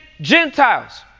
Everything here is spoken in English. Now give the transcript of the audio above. Gentiles